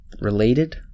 related